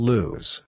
Lose